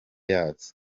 yazo